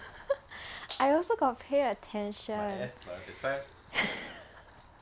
I also got pay attention